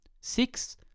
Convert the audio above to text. Six